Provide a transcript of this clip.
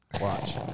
Watch